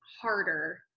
harder